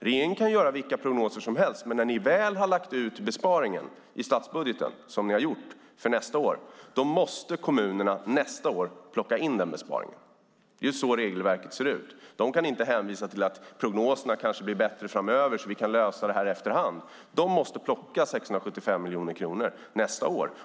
Regeringen kan göra vilka prognoser som helst, men när ni väl har lagt ut besparingen i statsbudgeten - som ni har gjort för nästa år - måste kommunerna nästa år plocka in den besparingen. Det är så regelverket ser ut. De kan inte hänvisa till att prognoserna kanske blir bättre framöver så att de kan lösa detta efterhand, utan de måste plocka 675 miljoner kronor nästa år.